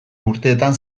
urteetan